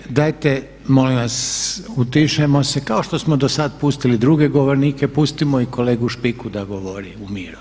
Kolege dajte molim vas utišajmo se kao što smo dosad pustili druge govornike pustimo i kolegu Špiku da govori u miru.